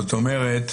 זאת אומרת,